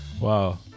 Wow